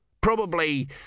Probably